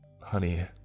Honey